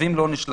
צווים לא נשלחים,